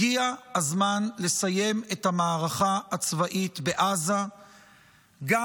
הגיע הזמן לסיים את המערכה הצבאית בעזה גם